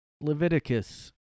Leviticus